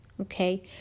okay